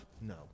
No